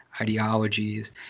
ideologies